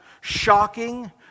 shocking